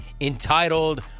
entitled